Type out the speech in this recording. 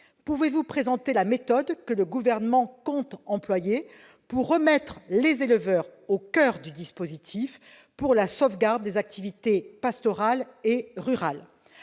Pouvez-vous présenter la méthode que le Gouvernement compte employer pour remettre les éleveurs au coeur du dispositif, pour la sauvegarde des activités pastorales et rurales ?